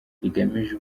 rigamije